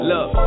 Look